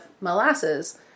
molasses